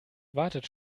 wartet